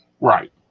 Right